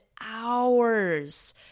hours